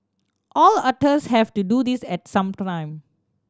all otters have to do this at some time